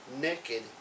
naked